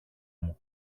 μου